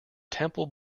temple